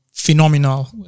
Phenomenal